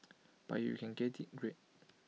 but if you can get IT great